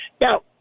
Now